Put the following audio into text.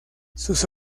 sus